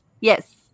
Yes